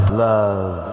love